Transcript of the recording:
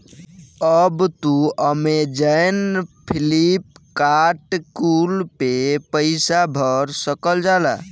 अब तू Amazon, Flipkart कुल पे पईसा भर सकल जाला